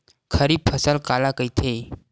खरीफ फसल काला कहिथे?